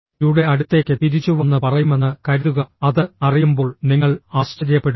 യുടെ അടുത്തേക്ക് തിരിച്ചുവന്ന് പറയുമെന്ന് കരുതുക അത് അറിയുമ്പോൾ നിങ്ങൾ ആശ്ചര്യപ്പെടും